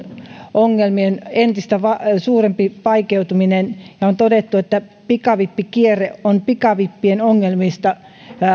ongelmien entistä suurempi vaikeutuminen on todettu että pikavippikierre on pikavippien ongelmista